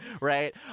Right